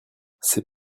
ses